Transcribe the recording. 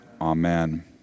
Amen